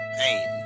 pain